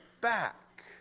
back